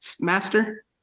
Master